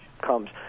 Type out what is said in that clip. comes